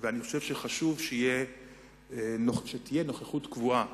אני חושב שחשוב שתהיה נוכחות קבועה